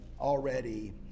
already